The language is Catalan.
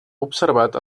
observat